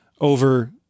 over